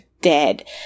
dead